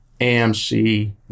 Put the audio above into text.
AMC